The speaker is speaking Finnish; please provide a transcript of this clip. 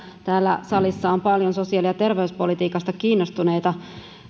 täällä salissa on paljon sosiaali ja terveyspolitiikasta kiinnostuneita